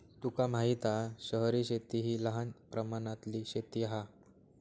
तुका माहित हा शहरी शेती हि लहान प्रमाणातली शेती हा